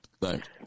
Thanks